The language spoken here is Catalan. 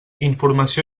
informació